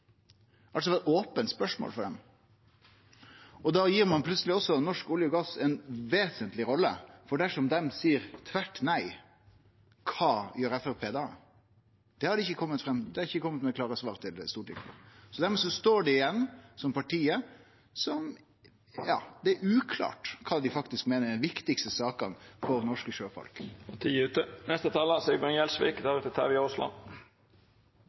altså vore eit ope spørsmål for dei. Da gir ein plutseleg også Norsk olje og gass ei vesentleg rolle, for dersom dei seier tvert nei, kva gjer Framstegspartiet da? Det har dei ikkje kome med klare svar på til Stortinget. Dermed står dei igjen som partiet der det er uklart kva dei faktisk meiner er dei viktigaste sakene for norske